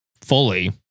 fully